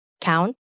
count